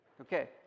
Okay